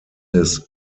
his